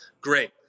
great